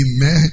Amen